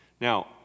Now